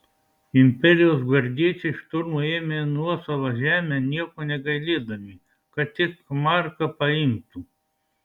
imperijos gvardiečiai šturmu ėmė nuosavą žemę nieko negailėdami kad tik marką paimtų